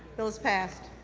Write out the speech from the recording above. bill is passed.